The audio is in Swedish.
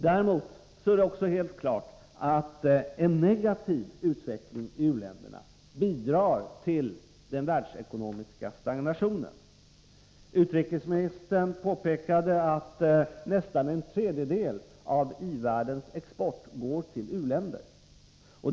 Det är också helt klart att en negativ utveckling i u-länderna däremot bidrar till den världsekonomiska stagnationen. Utrikesministern påpekade att nästan en tredjedel av i-världens export går till u-länder.